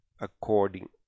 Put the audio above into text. according